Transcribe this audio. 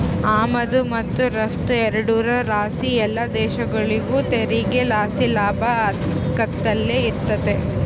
ಆಮದು ಮತ್ತು ರಫ್ತು ಎರಡುರ್ ಲಾಸಿ ಎಲ್ಲ ದೇಶಗುಳಿಗೂ ತೆರಿಗೆ ಲಾಸಿ ಲಾಭ ಆಕ್ಯಂತಲೆ ಇರ್ತತೆ